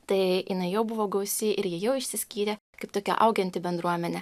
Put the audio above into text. tai jinai jau buvo gausi ir ji jau išsiskyrė kaip tokia auganti bendruomenė